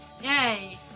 Yay